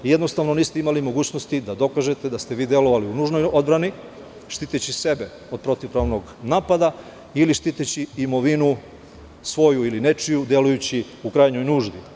Jednostavno niste imali mogućnosti da dokažete da ste vi delovali u nužnoj odbrani, štiteći sebe od protivpravnog napada ili štiteći imovinu svoju ili nečiju delujući u krajnjoj nuždi.